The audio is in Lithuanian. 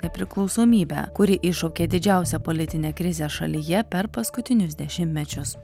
nepriklausomybę kuri iššaukė didžiausią politinę krizę šalyje per paskutinius dešimtmečius